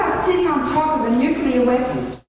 sitting on top of a nuclear weapon!